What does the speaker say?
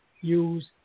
use